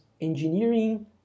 engineering